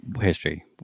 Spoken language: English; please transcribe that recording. history